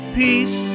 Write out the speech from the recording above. peace